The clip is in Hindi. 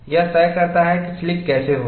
यह तय करता है कि स्लिप कैसे होगी